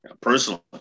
personally